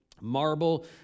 marble